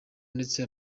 yatse